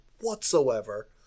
whatsoever